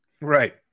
Right